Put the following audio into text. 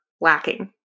lacking